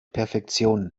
perfektion